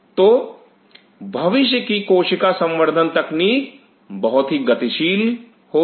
तो भविष्य की कोशिका संवर्धन तकनीक बहुत ही गतिशील होगी